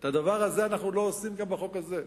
את הדבר הזה אנחנו לא עושים בחוק הזה.